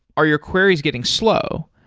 are your queries getting slow?